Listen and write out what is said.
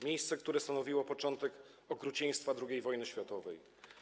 Miejsce, które stanowiło początek okrucieństwa II wojny światowej.